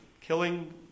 killing